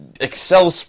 Excel